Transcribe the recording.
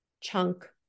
chunk